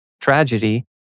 Tragedy